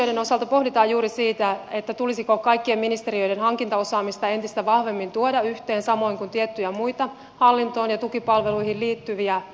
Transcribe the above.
ministeriöiden osalta pohditaan juuri sitä tulisiko kaikkien ministeriöiden hankintaosaamista entistä vahvemmin tuoda yhteen samoin kuin tiettyjä muita hallintoon ja tukipalveluihin liittyviä tehtäviä